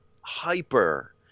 hyper –